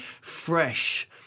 fresh